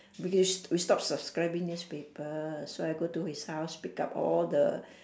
because we stop subscribing newspaper so I go to his house pickup all the